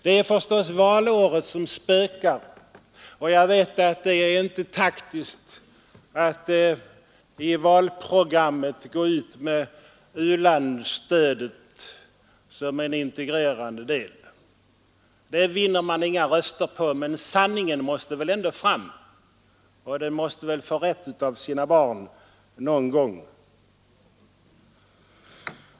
Det är förstås valåret som spökar, och jag vet att det inte är taktiskt att i valprogrammet gå ut med u-landsstödet som en integrerande del. Det vinner man inga röster på. Men sanningen måste väl ändå fram, och den måste väl ”få rätt av sina barn” någon gång.